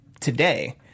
today